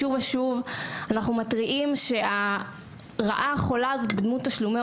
שוב ושוב אחנו מתריעים שהרעה החולה הזו בדמות תשלומי